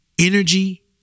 energy